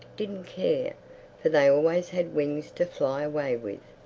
didn't care for they always had wings to fly away with.